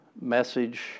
message